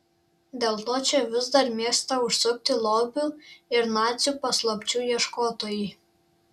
dėl to čia vis dar mėgsta užsukti lobių ir nacių paslapčių ieškotojai